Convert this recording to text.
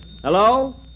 Hello